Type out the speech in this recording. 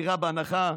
דירה בהנחה,